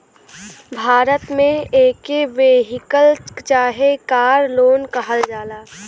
भारत मे एके वेहिकल चाहे कार लोन कहल जाला